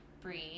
breathe